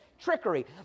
trickery